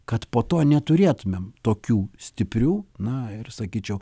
kad po to neturėtumėm tokių stiprių na ir sakyčiau